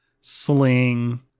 Sling